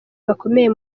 bakomeye